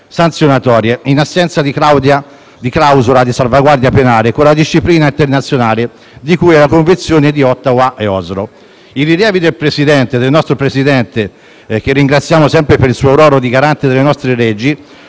sanzionatorie, in assenza di clausola di salvaguardia penale, con la disciplina internazionale di cui alle Convenzioni di Ottawa e Oslo. I rilievi del Presidente, che ringraziamo sempre per il suo ruolo di garante delle nostre leggi,